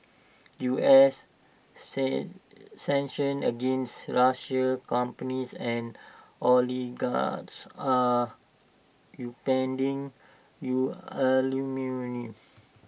U S sent sanctions against Russian companies and oligarchs are upending U aluminium